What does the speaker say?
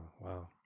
wow